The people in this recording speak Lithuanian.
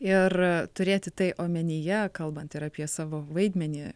ir turėti tai omenyje kalbant ir apie savo vaidmenį